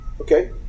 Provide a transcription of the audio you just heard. Okay